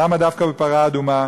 למה דווקא בפרה אדומה?